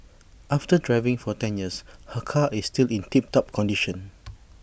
after driving for ten years her car is still in tip top condition